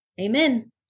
Amen